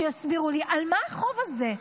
שיסבירו לי על מה החוב הזה.